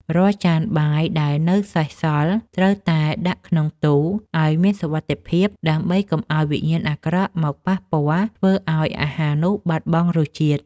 រាល់ចានបាយដែលនៅសេសសល់ត្រូវតែដាក់ក្នុងទូឱ្យមានសុវត្ថិភាព ដើម្បីកុំឱ្យវិញ្ញាណអាក្រក់មកប៉ះពាល់ធ្វើឱ្យអាហារនោះបាត់បង់រសជាតិ។